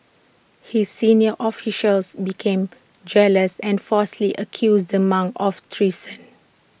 his senior officials became jealous and falsely accused the monks of treason